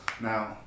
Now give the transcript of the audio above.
Now